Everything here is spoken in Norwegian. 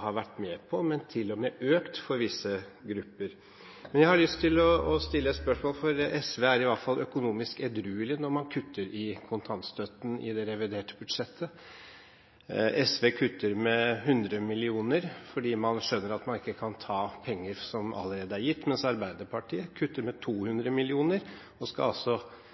har vært med på, men til og med har økt for visse grupper. Men jeg har lyst til å stille et spørsmål, for SV er i hvert fall økonomisk edruelig når man kutter i kontantstøtten i det reviderte budsjettet. SV kutter med 100 mill. kr, fordi man skjønner at man ikke kan ta penger som allerede er gitt, mens Arbeiderpartiet kutter med 200 mill. kr og skal altså